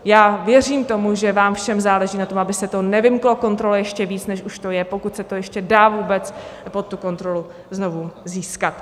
Já věřím tomu, že vám všem záleží na tom, aby se to nevymklo kontrole ještě víc, než už to je, pokud se to ještě dá vůbec pod tu kontrolu znovu získat.